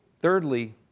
Thirdly